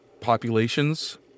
populations